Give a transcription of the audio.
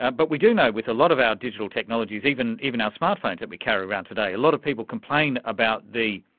but we do know with a lot of our digital technologies, even our smartphones that we carry around today, a lot of people complain about the,